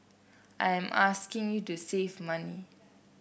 I am asking you to save money